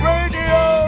Radio